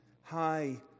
high